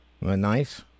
nice